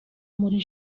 muri